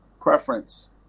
preference